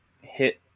hit